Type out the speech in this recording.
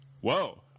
whoa